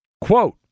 Quote